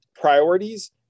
priorities